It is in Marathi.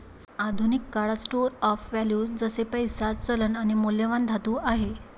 आधुनिक काळात स्टोर ऑफ वैल्यू जसे पैसा, चलन आणि मौल्यवान धातू आहे